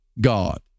God